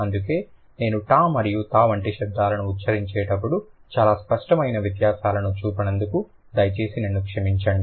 అందుకే నేను ట మరియు థ వంటి శబ్దాలను ఉచ్చరించేటప్పుడు చాలా స్పష్టమైన వ్యత్యాసాలను చూపనందుకు దయచేసి నన్ను క్షమించండి